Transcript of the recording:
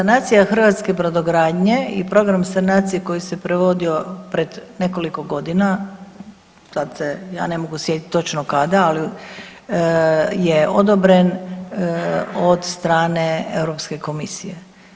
Sanacija hrvatske brodogradnje i program sanacije koji se provodio pred nekoliko godina, sad se ja ne mogu sjetiti točno kada, ali je odobren od strane Europske komisije.